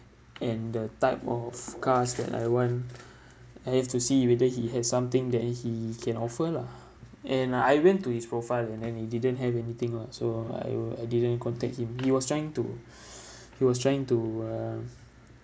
and the type of cars that I want I have to see whether he has something that he can offer lah and ah I went to his profile and then he didn't have anything lah so I uh I didn't contact him he was trying to he was trying to uh